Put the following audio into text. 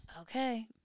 Okay